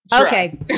okay